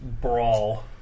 brawl